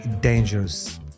dangerous